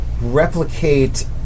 replicate